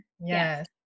Yes